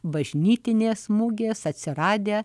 bažnytinės mugės atsiradę